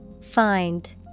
Find